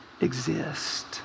exist